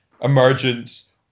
emergence